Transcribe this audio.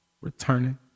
Returning